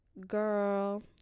girl